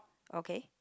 okay